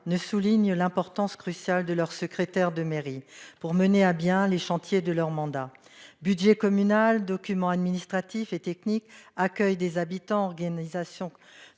soulignent l'importance cruciale de leur secrétaire de mairie pour mener à bien les chantiers de leur mandat. Budget communal, documents administratifs et techniques, accueil des habitants, organisation du